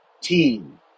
team